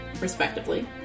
respectively